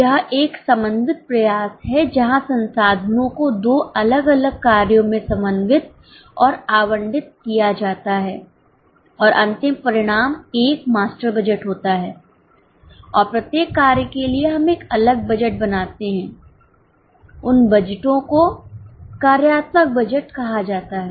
यह एक समन्वित प्रयास है जहां संसाधनों को दो अलग अलग कार्यों में समन्वित और आवंटित किया जाता है और अंतिम परिणाम एक मास्टर बजट होता है और प्रत्येक कार्य के लिए हम एक अलग बजट बनाते हैं उन बजटों को कार्यात्मक बजट कहा जाता है